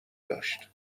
داشت